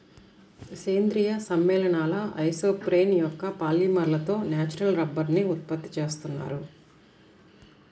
సేంద్రీయ సమ్మేళనాల ఐసోప్రేన్ యొక్క పాలిమర్లతో న్యాచురల్ రబ్బరుని ఉత్పత్తి చేస్తున్నారు